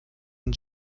and